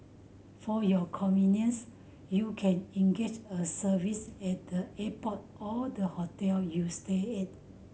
for your convenience you can engage a service at the airport or the hotel you stay at